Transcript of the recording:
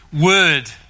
word